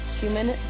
human